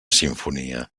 simfonia